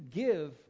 give